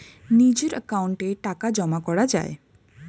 নিজের অ্যাকাউন্টে টাকা জমা করা যায়